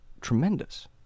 tremendous